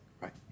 Right